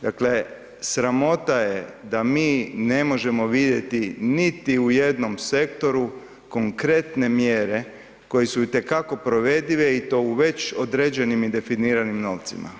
Dakle, sramota je da mi ne možemo vidjeti niti u jednom sektoru konkretne mjere koje su itekako provedive i to u već određenim i definiranim novcima.